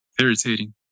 irritating